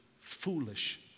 foolish